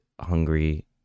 hungry